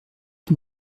que